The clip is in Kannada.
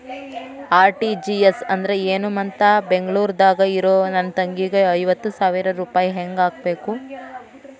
ಆರ್.ಟಿ.ಜಿ.ಎಸ್ ಅಂದ್ರ ಏನು ಮತ್ತ ಬೆಂಗಳೂರದಾಗ್ ಇರೋ ನನ್ನ ತಂಗಿಗೆ ಐವತ್ತು ಸಾವಿರ ರೂಪಾಯಿ ಹೆಂಗ್ ಹಾಕಬೇಕು?